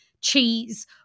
cheese